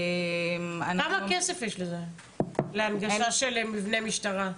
כמה כסף יש להנגשה של מבני משטרה?